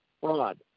fraud